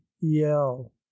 yell